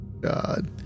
God